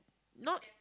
not